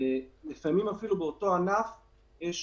ולפעמים אפילו באותו ענף יש